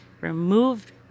removed